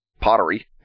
pottery